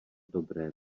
dobré